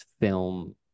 film